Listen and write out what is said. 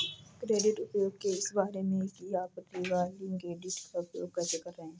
credit उपयोग इस बारे में है कि आप रिवॉल्विंग क्रेडिट का उपयोग कैसे कर रहे हैं